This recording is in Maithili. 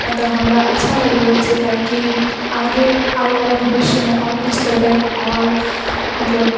तऽ हमरा अच्छा लग रहल छै काहेकी आगे आबै वला भविष्यमे आओर किछु करबए आओर मतलब